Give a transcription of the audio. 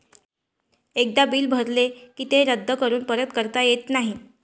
एकदा बिल भरले की ते रद्द करून परत करता येत नाही